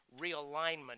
realignment